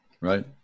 Right